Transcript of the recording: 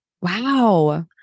Wow